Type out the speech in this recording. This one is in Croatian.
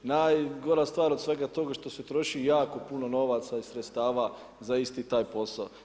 Najgora stvar od svega toga je što se troši jako puno novaca i sredstava za isti taj posao.